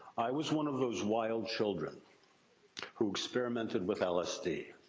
i was one of those wild children who experimented with lsd.